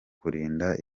kurinda